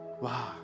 wow